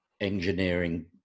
engineering